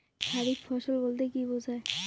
খারিফ ফসল বলতে কী বোঝায়?